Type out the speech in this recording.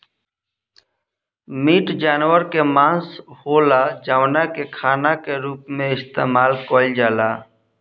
meat जानवर के मांस होला जवना के खाना के रूप में इस्तेमाल कईल जाला